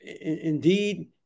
Indeed